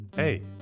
Hey